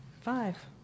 Five